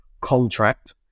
contract